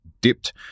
dipped